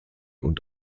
und